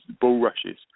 bulrushes